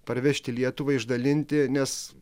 parvežti lietuvai išdalinti nes